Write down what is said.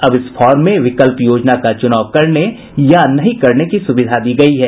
अब इस फार्म में विकल्प योजना का चुनाव करने या नहीं करने की सुविधा दी गयी है